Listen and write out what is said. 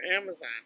Amazon